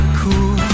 cool